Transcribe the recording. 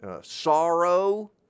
sorrow